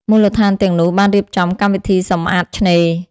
មូលដ្ឋានទាំងនោះបានរៀបចំកម្មវិធីសម្អាតឆ្នេរ។